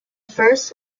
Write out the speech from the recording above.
first